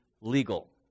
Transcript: legal